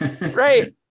Right